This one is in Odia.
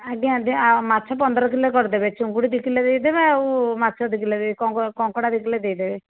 ଆଜ୍ଞା ଆଜ୍ଞା ଆଉ ମାଛ ପନ୍ଦର କିଲୋ କରିଦେବେ ଚିଙ୍ଗୁଡ଼ି ଦୁଇ କିଲୋ ଦେଇଦେବେ ଆଉ ମାଛ ଦୁଇ କିଲୋ ଦେଇଦେବେ କଙ୍କଡ଼ା ଦୁଇ କିଲୋ ଦେଇଦେବେ